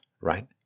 right